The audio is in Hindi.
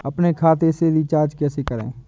अपने खाते से रिचार्ज कैसे करें?